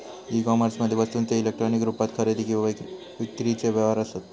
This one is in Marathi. ई कोमर्समध्ये वस्तूंचे इलेक्ट्रॉनिक रुपात खरेदी किंवा विक्रीचे व्यवहार असत